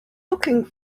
looking